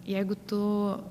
jeigu tu